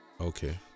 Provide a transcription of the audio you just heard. Okay